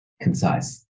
concise